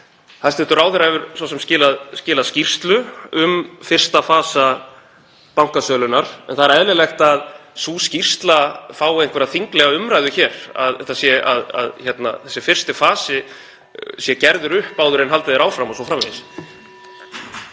Hæstv. ráðherra hefur svo sem skilað skýrslu um fyrsta fasa bankasölunnar en það er eðlilegt að sú skýrsla fái einhverja þinglega umræðu hér, að þessi fyrsti fasi sé gerður upp áður en haldið er áfram